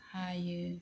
हायो